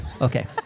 okay